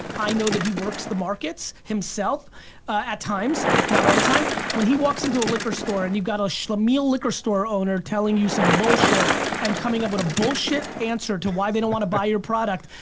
i know that he works the markets himself at times, not all the time, when he walks into a liquor store and you've got a schlemiel liquor store owner telling you some bullshit and coming up with a bullshit answer to why they don't wanna buy your product,